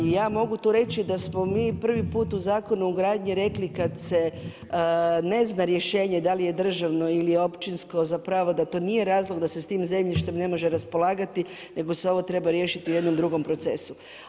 Ja mogu tu reći da smo mi prvi put u Zakonu o gradnji rekli kad se ne zna rješenje da li je državno ili općinsko zapravo da to nije razlog da se s tim zemljištem ne može raspolagati nego se ovo treba riješiti u jednom drugom procesu.